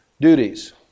duties